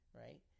right